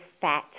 fat